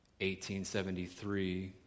1873